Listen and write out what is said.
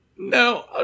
No